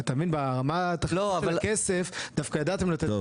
ברמה התכליתית של הכסף דווקא ידעתם לתת את המספרים.